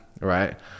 right